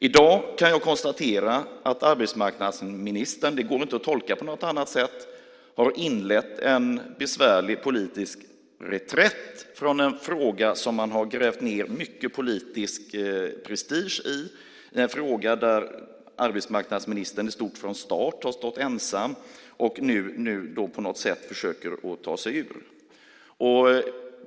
I dag kan jag konstatera att arbetsmarknadsministern - det går inte att tolka på något annat sätt - har inlett en besvärlig politisk reträtt från en fråga som han har grävt ned mycket politisk prestige i, en fråga där arbetsmarknadsministern i stort sett från start har stått ensam och som han nu på något sätt försöker ta sig ur.